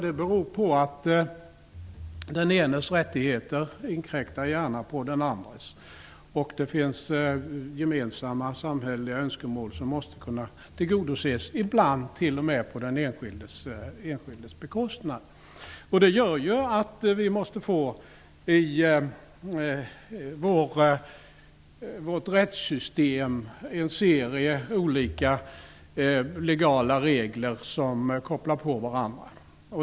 Det beror på att den enes rättigheter gärna inkräktar på den andres. Det finns gemensamma samhälleliga önskemål som måste kunna tillgodoses, ibland t.o.m. på den enskildes bekostnad. Det gör att vi måste få en serie olika legala regler i vårt rättssystem som kopplar på varandra.